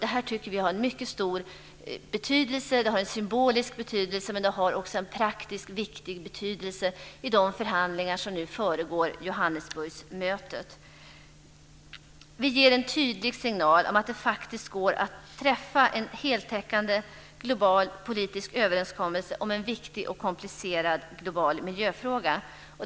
Det här tycker vi är av mycket stor betydelse. Det har symbolisk betydelse, men det har också viktig faktisk betydelse inför de förhandlingar som nu föregår Johannesburgsmötet. Vi ger en tydlig signal om att det faktiskt går att träffa en heltäckande global överenskommelse om en viktig och komplicerad global miljöfråga.